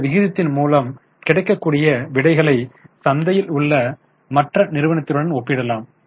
இந்த விகிதத்தின் மூலம் கிடைக்கக்கூடிய விடைகளை சந்தையில் உள்ள மற்ற நிறுவனத்தினருடன் ஒப்பிடலாம்